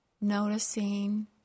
noticing